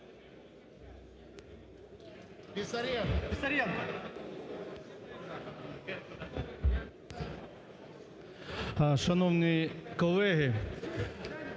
Шановні колеги,